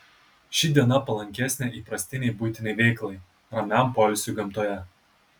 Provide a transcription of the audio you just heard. ši diena palankesnė įprastinei buitinei veiklai ramiam poilsiui gamtoje